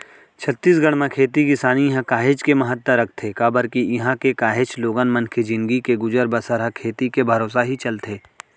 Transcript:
छत्तीसगढ़ म खेती किसानी ह काहेच के महत्ता रखथे काबर के इहां के काहेच लोगन मन के जिनगी के गुजर बसर ह खेती के भरोसा ही चलथे